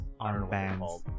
Armbands